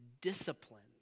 discipline